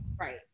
right